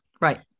Right